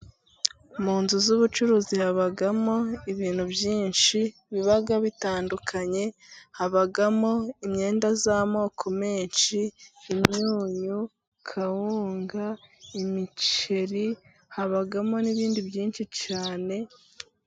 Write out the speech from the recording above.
Mu nzu z'ubucuruzi habamo ibintu byinshi biba bitandukanye, habamo imyenda y'amoko menshi, imyunyu, kawunga, imiceri habamo n'ibindi byinshi cyane.